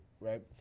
Right